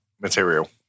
material